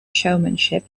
showmanship